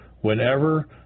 Whenever